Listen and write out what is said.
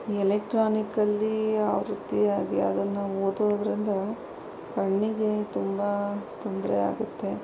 ಎಲೆಕ್ಟ್ರಾನಿಕ್ಕಲ್ಲಿ ಯಾವ ರೀತಿ ಆಗಿ ಅದನ್ನು ಓದೋದ್ರಿಂದ ಕಣ್ಣಿಗೆ ತುಂಬ ತೊಂದರೆ ಆಗುತ್ತೆ